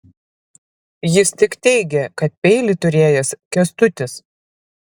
jis tik teigė kad peilį turėjęs kęstutis